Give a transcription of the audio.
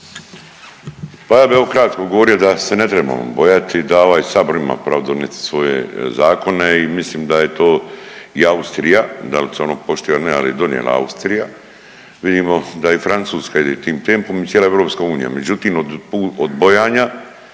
evo ja bih kratko odgovorio da se ne trebamo bojati da ovaj Sabor ima pravo donijeti svoje zakone i mislim da je to i Austrija. Da li se ono poštiva ili ne, ali je donijela Austrija. Vidimo da i Francuska ide tim tempom i cijela EU. Međutim, od bojanja,